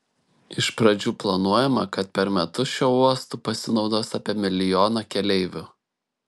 iš pradžių planuojama kad per metus šiuo uostu pasinaudos apie milijoną keleivių